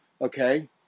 Okay